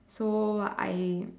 so what I